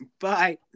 Bye